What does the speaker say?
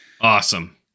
Awesome